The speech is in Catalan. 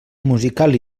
musical